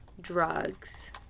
drugs